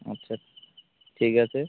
আচ্ছা ঠিক আছে